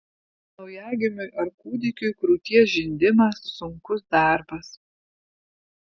naujagimiui ar kūdikiui krūties žindimas sunkus darbas